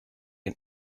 and